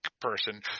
person